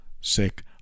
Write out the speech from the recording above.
sick